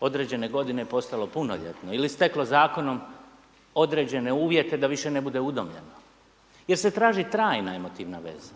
određene godine i postalo punoljetno ili steklo zakonom određene uvjete da više ne bude udomljeno jer se traži trajna emotivna veza.